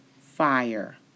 fire